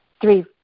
three